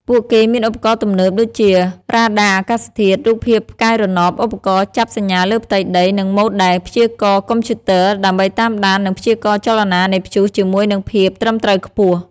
ពួកគេមានឧបករណ៍ទំនើប ដូចជា រ៉ាដាអាកាសធាតុ រូបភាពផ្កាយរណប ឧបករណ៍ចាប់សញ្ញាលើផ្ទៃដី និងម៉ូដែលព្យាករណ៍កុំព្យូទ័រ ដើម្បីតាមដាន និងព្យាករណ៍ចលនានៃព្យុះជាមួយនឹងភាពត្រឹមត្រូវខ្ពស់។